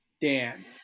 Dan